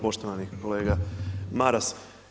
Poštovani kolega Maras.